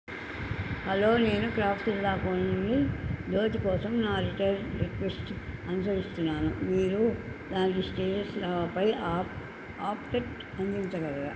hello నేను Craftsvilla account నుండి ధోతి కోసం నా రిటర్న్ రిక్వెస్ట్ అనుసరిస్తున్నాను మీరు దాని స్టేటస్పై అప్డేట్ అందించగలరా